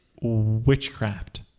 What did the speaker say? witchcraft